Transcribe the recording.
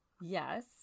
Yes